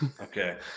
okay